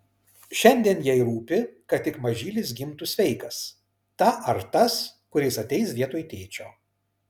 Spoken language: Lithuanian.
šiandien jai rūpi kad tik mažylis gimtų sveikas ta ar tas kuris ateis vietoj tėčio